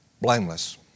blameless